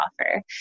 offer